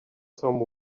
some